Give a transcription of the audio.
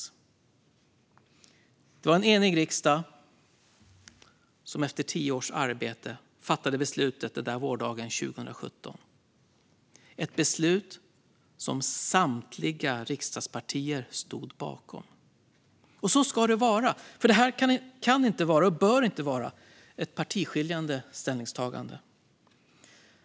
Det var en enig riksdag som efter tio års arbete fattade beslutet den där vårdagen 2017 - ett beslut som samtliga riksdagspartier stod bakom. Så ska det vara. Detta kan inte och bör inte vara ett partiskiljande ställningstagande.